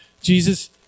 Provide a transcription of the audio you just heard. Jesus